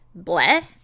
bleh